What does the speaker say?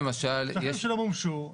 שטחים שלא מומשו,